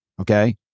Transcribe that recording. Okay